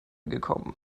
gekommen